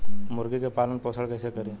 मुर्गी के पालन पोषण कैसे करी?